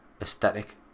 aesthetic